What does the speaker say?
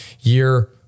Year